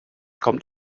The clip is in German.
kommt